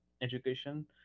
education